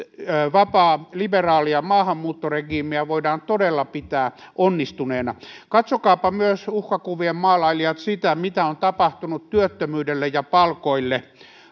liberaalia maahanmuuttoregiimiä voidaan todella pitää onnistuneena katsokaapa myös uhkakuvien maalailijat mitä on tapahtunut työttömyydelle ja palkoille